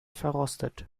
verrostet